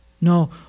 no